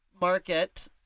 market